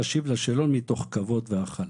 להשיב לשאלון מתוך כבוד והכלה.